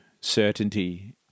certainty